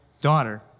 daughter